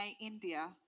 India